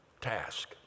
task